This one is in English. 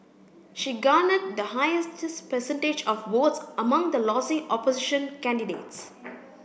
she garnered the highest percentage of votes among the losing opposition candidates